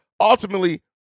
ultimately